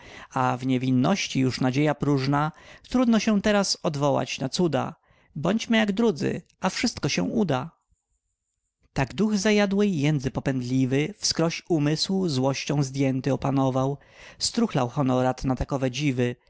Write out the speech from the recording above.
w niewinności już nadzieja prożna trudno się teraz odwołać na cuda bądźmy jak drudzy a wszystko się uda tak duch zajadłej jędzy popędliwy wskróś umysł złością zdjęty opanował struchlał honorat na takowe dziwy